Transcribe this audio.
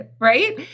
right